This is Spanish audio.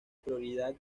propiedad